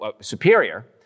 superior